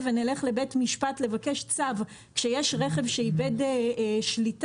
ונלך לבית משפט לבקש צו כשיש רכב שאיבד שליטה,